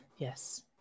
yes